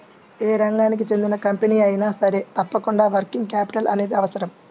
యే రంగానికి చెందిన కంపెనీ అయినా సరే తప్పకుండా వర్కింగ్ క్యాపిటల్ అనేది అవసరం